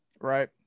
Right